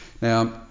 Now